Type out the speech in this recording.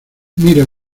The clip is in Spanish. mira